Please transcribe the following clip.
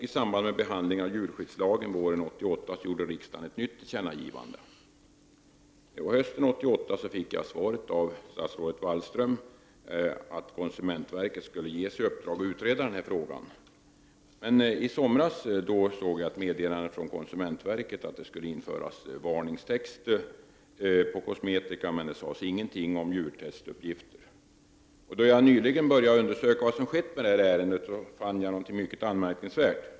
I samband med behandlingen av djurskyddslagen våren 1988 gjorde riksdagen ett nytt tillkännagivande om detta. Hösten 1988 fick jag svaret av statsrådet Wallström att konsumentverket skulle ges i uppdrag att utreda frågan. I somras meddelades från konsumentverket att det skulle införas varningstext på kosmetika, men det sades ingenting om djurtestuppgifter. När jag nyligen började undersöka vad som skett med detta ärende fann jag något mycket anmärkningsvärt.